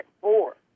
four